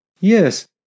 Yes